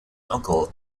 uncle